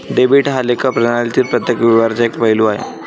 debit हा लेखा प्रणालीतील प्रत्येक व्यवहाराचा एक पैलू आहे